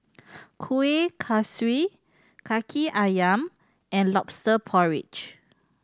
kueh kosui Kaki Ayam and Lobster Porridge